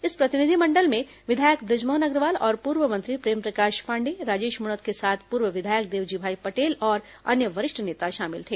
इस प्रतिनिधिमंडल में विधायक ब्रजमोहन अग्रवाल और पूर्व मंत्री प्रेमप्रकाश पांडेय राजेश मूणत के साथ पूर्व विधायक देवजी भाई पटेल और अन्य वरिष्ठ नेता शामिल थे